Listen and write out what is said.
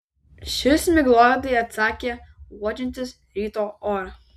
šis miglotai atsakė uodžiantis ryto orą